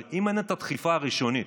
אבל אם אין את הדחיפה הראשונית,